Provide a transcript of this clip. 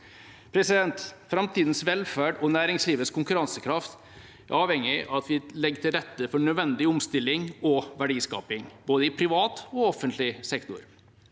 Framtidas velferd og næringslivets konkurransekraft er avhengig av at vi legger til rette for nødvendig omstilling og verdiskaping, både i privat og offentlig sektor.